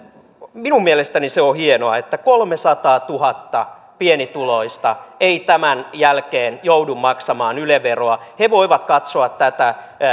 minun mielestäni se on hienoa että kolmesataatuhatta pienituloista ei tämän jälkeen joudu maksamaan yle veroa he voivat katsoa tätä